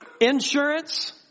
Insurance